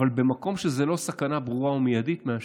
אבל במקום שזה לא סכנה ברורה ומיידית, מאשרים.